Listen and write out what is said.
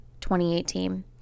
2018